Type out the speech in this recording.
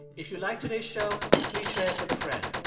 if you liked today's show, please share it with a friend.